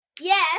Yes